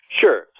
Sure